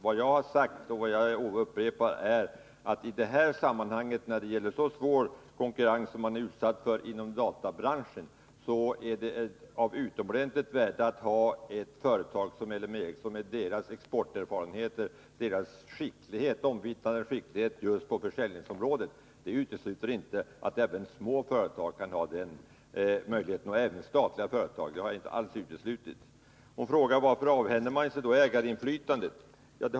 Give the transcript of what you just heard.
Vad jag har sagt är endast att när det gäller så svår konkurrens som man är utsatt för i databranschen är det av utomordentligt värde att ha ett företag som LM Ericsson med dess exporterfarenheter och dess omvittnade skicklighet på försäljningsområdet. Det utesluter inte att även små företag och statliga företag kan vara med. Varför avhänder sig staten då ägarinflytandet?